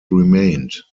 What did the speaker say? remained